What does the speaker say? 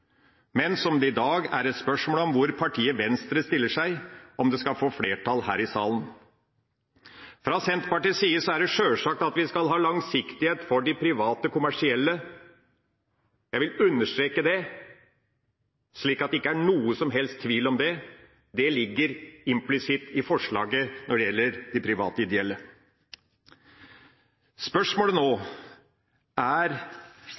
men hvor det i dag er et spørsmål hvordan partiet Venstre stiller seg om det skal få flertall her i salen. Fra Senterpartiets side er det sjølsagt at vi skal ha langsiktighet for de private kommersielle. Jeg vil understreke det, slik at det ikke er noen som helst tvil om det. Det ligger implisitt i forslaget når det gjelder de private ideelle. Spørsmålet nå er